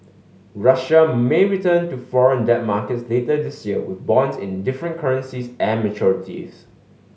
Russia may return to foreign debt markets later this year with bonds in different currencies and maturities